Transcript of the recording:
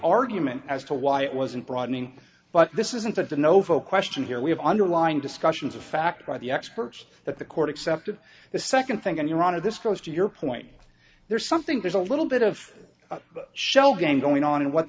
argument as to why it wasn't broadening but this isn't that the novo question here we have underlying discussions of fact by the experts that the court accepted the second thing in your honor this goes to your point there's something there's a little bit of a shell game going on and what